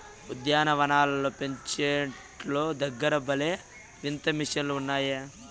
ఉద్యాన వనాలను పెంచేటోల్ల దగ్గర భలే వింత మిషన్లు ఉన్నాయే